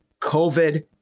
COVID